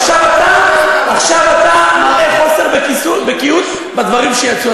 עכשיו אתה מראה חוסר בקיאות בדברים שיצאו.